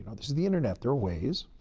and this is the internet. there are ways.